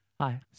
Hi